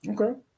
Okay